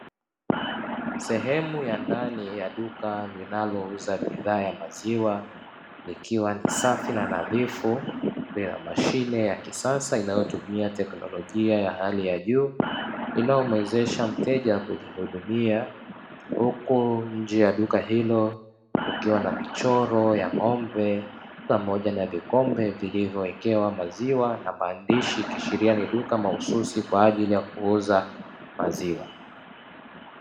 Sehemu ya ndani ya duka linalouza bidhaa ya maziwa, likiwa ni safi na nadhifu, lina mashine ya kisasa inayotumia teknolojia ya hali ya juu, inayomuezesha mteja kujihudumia. huku nje ya duka hilo kukiwa na michoro ya ng'ombe pamoja na vikombe vilivyowekewa maziwa na maandishi, ikiashiria ni duka mahsusi kwa ajili ya kuuza maziwa.